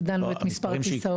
הגדלנו את מספר הכיסאות.